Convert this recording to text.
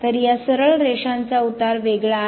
तर या सरळ रेषांचा उतार वेगळा आहे